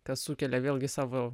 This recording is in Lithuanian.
kas sukelia vėlgi savo